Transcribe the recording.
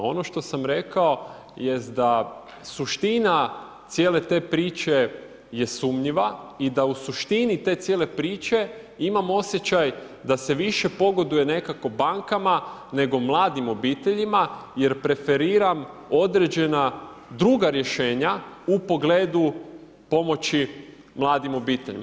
Ono što sam rekao jest da suština cijele te priče je sumnjiva i da u suštini te cijele priče imam osjećaj da se više pogoduje nekako bankama nego mladim obiteljima jer preferiram određena druga rješenja u pogledu pomoći mladim obiteljima.